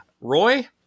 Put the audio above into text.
Roy